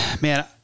man